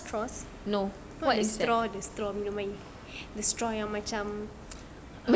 straws not the straw the straw minum air the straw yang macam